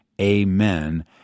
amen